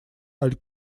аль